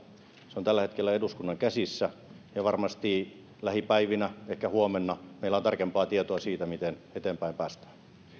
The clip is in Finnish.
se on tällä hetkellä eduskunnan käsissä ja varmasti lähipäivinä ehkä huomenna meillä on tarkempaa tietoa siitä miten eteenpäin päästään